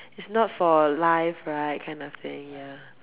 it's not for life right kind of thing ya